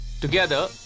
Together